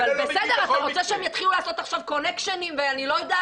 אתה רוצה שהם יתחילו לעשות עכשיו קונקשנים וכדו'?